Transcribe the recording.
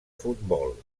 futbol